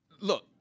look